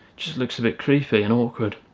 just looks a bit creepy and awkward.